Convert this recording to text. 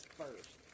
first